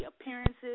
appearances